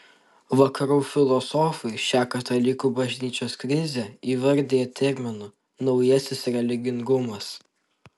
vakarų filosofai šią katalikų bažnyčios krizę įvardija terminu naujasis religingumas